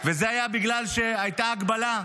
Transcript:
זה היה בגלל שהייתה הגבלה,